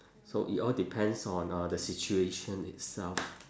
so it all depends on uh the situation itself